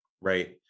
right